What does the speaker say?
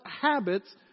habits